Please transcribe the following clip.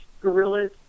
gorillas